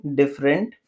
different